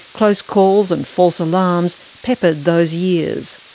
close calls and false alarms peppered those years.